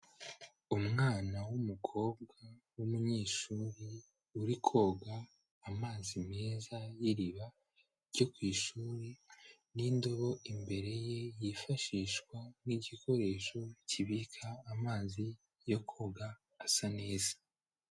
Umwana w'umukobwa w'umunyeshuri uri koga amazi meza y'iriba ryo ku ishuri n'indobo imbere ye, yifashishwa nk'igikoresho kibika amazi yo koga asa neza.